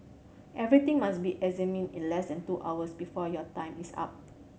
everything must be examined in less than two hours before your time is up